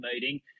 meeting